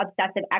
obsessive